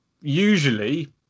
usually